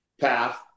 Path